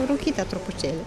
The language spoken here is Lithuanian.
rūkytą truputėlį